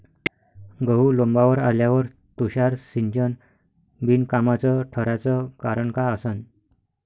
गहू लोम्बावर आल्यावर तुषार सिंचन बिनकामाचं ठराचं कारन का असन?